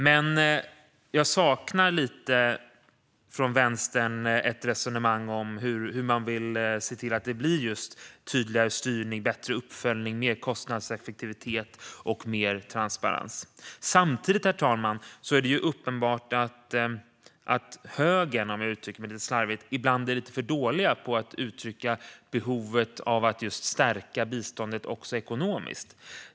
Däremot saknar jag lite grann ett resonemang från Vänstern om hur man vill se till att det blir tydligare styrning, bättre uppföljning, mer kostnadseffektivitet och mer transparens. Herr talman! Samtidigt är det uppenbart att högern, om jag uttrycker mig lite slarvigt, ibland blir lite för dålig på att uttrycka behovet av att just stärka biståndet också ekonomiskt.